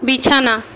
বিছানা